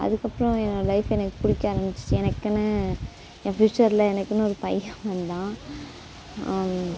அதுக்கப்புறம் என் லைஃப் எனக்கு பிடிக்க ஆரம்பிச்சிருச்சி எனக்குனு என் ஃப்யூச்சர்ல எனக்குனு ஒரு பையன் வந்தான்